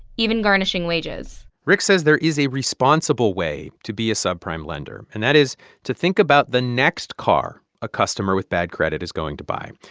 even garnishing wages rick says there is a responsible way to be a subprime lender, and that is to think about the next car a customer with bad credit is going to buy.